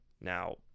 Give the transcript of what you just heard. Now